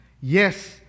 Yes